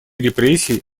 репрессий